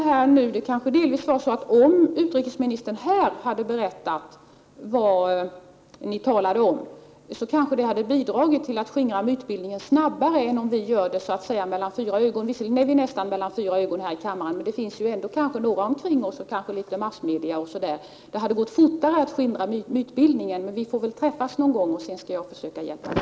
Herr talman! Om utrikesministern här hade berättat vad ni talade om, 4 december 1987 kanske det hade bidragit till att få slut på mytbildningen snabbare än genom att tala med mig mellan fyra ögon. Visserligen är det nästan mellan fyra ögon här i kammaren, men det finns kanske några omkring oss — massmediarepresentanter t.ex. — som kunnat bidra till att skingra myterna. Men vi får väl träffas någon gång, och sedan skall jag försöka hjälpa till.